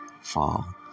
fall